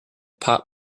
pot